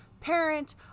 parent